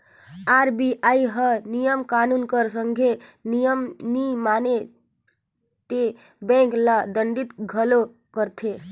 RBI हर नियम कानून कर संघे नियम नी माने ते बेंक ल दंडित घलो करथे